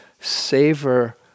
savor